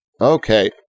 Okay